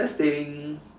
testing